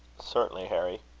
certainly, harry.